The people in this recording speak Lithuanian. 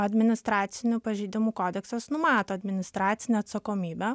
administracinių pažeidimų kodeksas numato administracinę atsakomybę